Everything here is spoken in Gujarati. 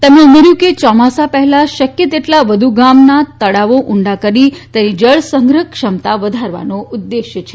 તેમણે ઉમેર્યું કે ચોમાસા પહેલા શક્યા તેટલા વધુ ગામ તળાવ ઊંડા કરી તેની જળ સંગ્રહ ક્ષમતા વધારવાનો ઉદ્દેશ છે